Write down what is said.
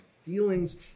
Feelings